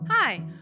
Hi